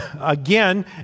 again